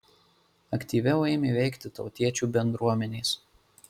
aktyviau ėmė veikti tautiečių bendruomenės